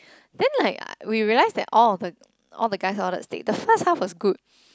then like i~ we realize that all of the all the guys all the stake the first half was good